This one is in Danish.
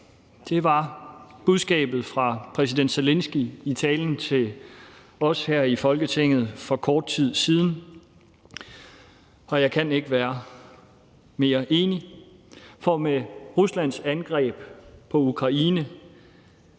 Det var budskabet fra præsident Zelenskyj i talen til os her i Folketinget for kort tid siden. Og jeg kan ikke være mere enig, for med Ruslands angreb på Ukraine